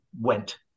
went